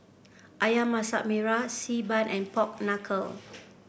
ayam Masak Merah Xi Ban and Pork Knuckle